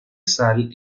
sal